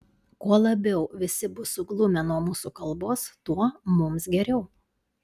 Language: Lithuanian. kuo labiau visi bus suglumę nuo mūsų kalbos tuo mums geriau